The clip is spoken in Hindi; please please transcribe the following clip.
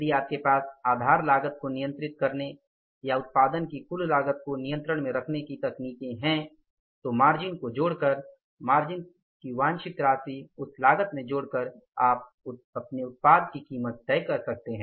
यदि आपके पास आधार लागत को नियंत्रित करने या उत्पादन की कुल लागत को नियंत्रण में रखने की तकनीकें हैं तो मार्जिन को जोड़कर मार्जिन की वांछित राशि उस लागत में जोड़कर आप उत्पाद की कीमत तय सकते हैं